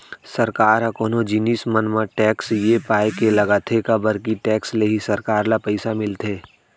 सरकार ह कोनो जिनिस मन म टेक्स ये पाय के लगाथे काबर के टेक्स ले ही सरकार ल पइसा मिलथे